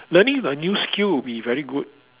learning a new skill will be very good